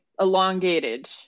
elongated